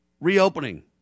reopening